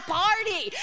party